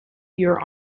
your